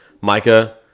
Micah